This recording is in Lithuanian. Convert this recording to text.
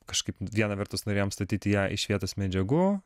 kažkaip viena vertus norėjom statyti ją iš vietos medžiagų